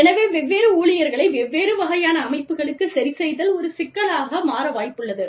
எனவே வெவ்வேறு ஊழியர்களை வெவ்வேறு வகையான அமைப்புகளுக்குச் சரிசெய்தல் ஒரு சிக்கலாக மாற வாய்ப்புள்ளது